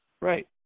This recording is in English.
Right